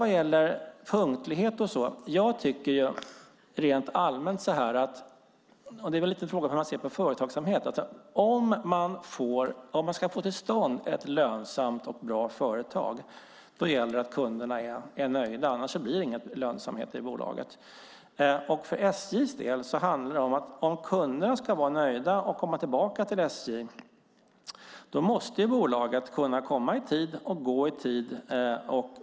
Vad gäller punktlighet tycker jag rent allmänt, och det är väl lite frågan hur man ser på företagsamhet, att om man ska få till stånd ett lönsamt och bra företag gäller det att kunderna är nöjda, annars blir det ingen lönsamhet i bolaget. För SJ:s del handlar det om att om kunderna ska vara nöjda och komma tillbaka till SJ, då måste bolaget kunna komma i tid och gå i tid.